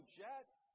jets